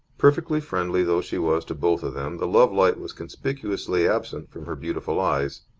perfectly friendly though she was to both of them, the lovelight was conspicuously absent from her beautiful eyes.